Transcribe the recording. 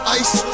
ice